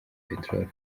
peteroli